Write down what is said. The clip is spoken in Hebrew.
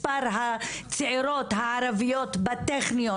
מספר הצעירות הערביות בטכניון,